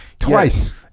Twice